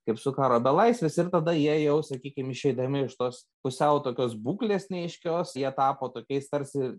kaip su karo belaisviais ir tada jie jau sakykim išeidami iš tos pusiau tokios būklės neaiškios jie tapo tokiais tarsi